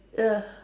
ya